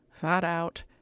thought-out